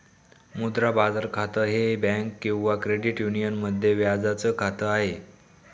मुद्रा बाजार खातं, एक बँक किंवा क्रेडिट युनियन मध्ये व्याजाच खात आहे